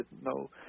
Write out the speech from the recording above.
no